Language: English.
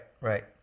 right